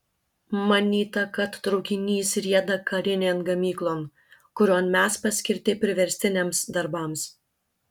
manyta kad traukinys rieda karinėn gamyklon kurion mes paskirti priverstiniams darbams